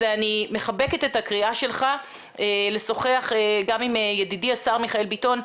אני מחבקת את הקריאה שלך לשוחח גם עם ידידי השר מיכאל ביטון,